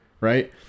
right